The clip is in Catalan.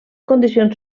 condicions